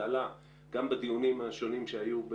זה עלה גם בדיונים השונים שהיו,